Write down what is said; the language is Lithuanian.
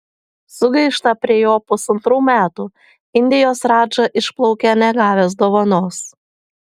sugaišta prie jo pusantrų metų indijos radža išplaukia negavęs dovanos